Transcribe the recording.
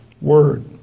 word